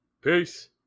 peace